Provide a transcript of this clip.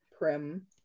prim